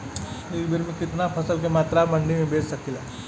एक बेर में कितना फसल के मात्रा मंडी में बेच सकीला?